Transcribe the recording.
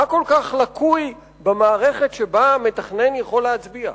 מה כל כך לקוי במערכת שבה המתכנן יכול להצביע.